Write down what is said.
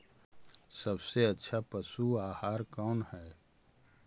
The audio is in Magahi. सबसे अच्छा पशु आहार कौन है?